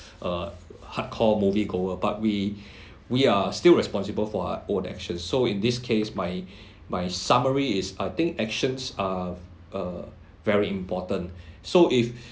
a hardcore movie goer but we we are still responsible for our own actions so in this case my my summary is I think actions are err very important so if